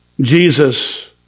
Jesus